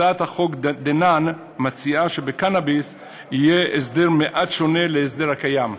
הצעת החוק דנן מציעה שבקנאביס יהיה הסדר שונה מעט מההסדר הקיים.